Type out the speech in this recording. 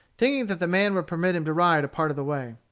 thinking that the man would permit him to ride a part of the way.